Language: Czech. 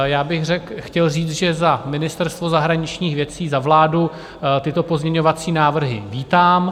Já bych chtěl říct, že za Ministerstvo zahraničních věcí, za vládu tyto pozměňovací návrhy vítám.